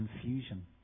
confusion